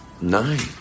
nine